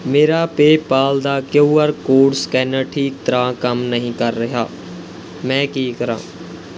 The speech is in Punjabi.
ਮੇਰਾ ਪੇਪਾਲ ਦਾ ਕਿਯੂ ਆਰ ਕੋਡ ਸਕੈਨਰ ਠੀਕ ਤਰ੍ਹਾਂ ਕੰਮ ਨਹੀਂ ਕਰ ਰਿਹਾ ਮੈਂ ਕੀ ਕਰਾਂ